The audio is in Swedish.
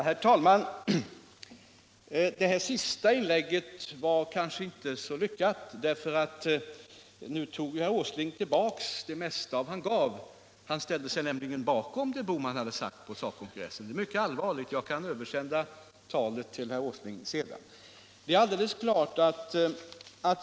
Herr talman! Det här sista inlägget var kanske inte så lyckat, därför att nu tog herr Åsling tillbaka det mesta av vad han gav förut. Herr Åsling ställde sig nämligen bakom det som herr Bohman hade sagt på SACO/SR-kongressen. Det är mycket allvarligt. Jag kan översända talet till herr Åsling sedan.